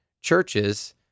churches